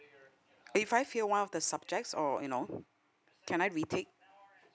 if I fail one of the subjects or you know can I retake